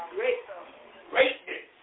Greatness